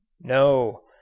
No